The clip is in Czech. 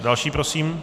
Další prosím.